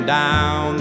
down